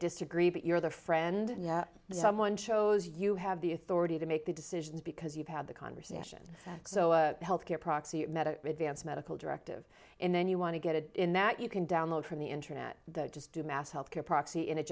disagree but you're their friend someone shows you have the authority to make the decisions because you've had the conversation health care proxy advance medical directive and then you want to get it in that you can download from the internet the just do mass health care proxy and it